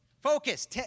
focus